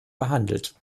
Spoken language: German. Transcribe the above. behandelt